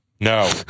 No